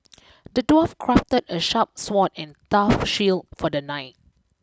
the dwarf crafted a sharp sword and tough shield for the knight